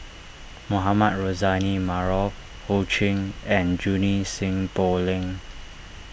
Mohamed Rozani Maarof Ho Ching and Junie Sng Poh Leng